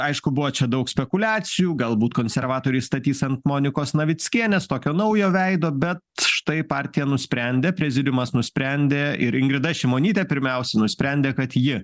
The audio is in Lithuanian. aišku buvo čia daug spekuliacijų galbūt konservatoriai statys ant monikos navickienės tokio naujo veido bet štai partija nusprendė prezidiumas nusprendė ir ingrida šimonytė pirmiausia nusprendė kad ji